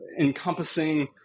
encompassing